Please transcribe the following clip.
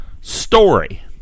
story